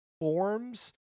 forms